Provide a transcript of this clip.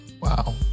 Wow